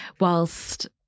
whilst